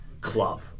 club